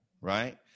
right